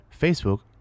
Facebook